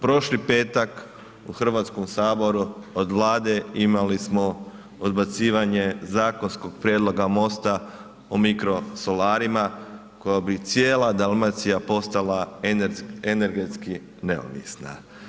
Prošli petak u Hrvatskom saboru od Vlade imali smo odbacivanje zakonskog prijedloga MOST-a o mikrosolarima kojim bi cijela Dalmacija postala energetski neovisna.